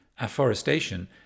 afforestation